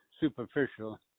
superficial